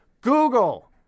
Google